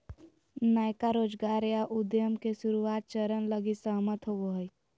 नयका रोजगार या उद्यम के शुरुआत चरण लगी सहमत होवो हइ